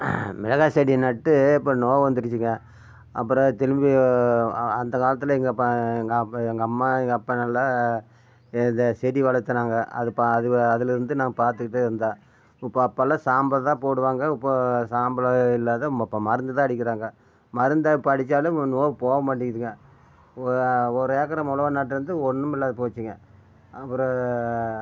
மிளகாச்செடியை நட்டு இப்போ நோவு வந்துடுச்சுங்க அப்புறம் திழும்பி அந்த காலத்தில் எங்கள் ப எங்கள் அப்பா எங்கள் அம்மா எங்கள் அப்பா நல்லா இத செடி வளத்துனாங்க அது ப அது வ அதில் இருந்து நான் பார்த்துக்கிட்டே இருந்தேன் இப்போ அப்பெல்லாம் சாம்பல் தான் போடுவாங்க இப்போது சாம்பலே இல்லாத இப்போ மருந்து தான் அடிக்கிறாங்க மருந்தை இப்போ அடித்தாலும் நோவு போக மாட்டேங்கிதுங்க ஒரு ஏக்கரா மிளவா நட்டு இருந்து ஒன்றுமில்லாத போச்சுங்க அப்புறம்